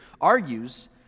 argues